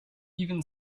even